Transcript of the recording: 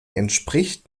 entspricht